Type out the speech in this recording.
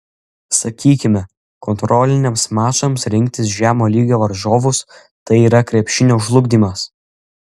sakykime kontroliniams mačams rinktis žemo lygio varžovus tai yra krepšinio žlugdymas